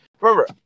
remember